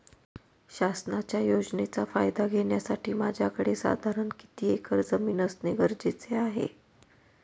शासनाच्या योजनेचा फायदा घेण्यासाठी माझ्याकडे साधारण किती एकर जमीन असणे गरजेचे आहे?